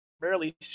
barely